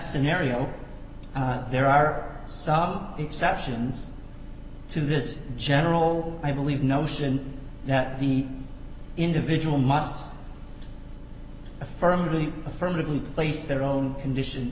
scenario there are some exceptions to this general i believe notion that the individual must affirmatively affirmatively place their own condition